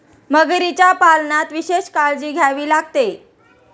मगरीच्या पालनात विशेष काळजी घ्यावी लागते